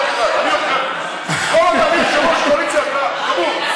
כל עוד אני יושב-ראש הקואליציה, אתה גמור.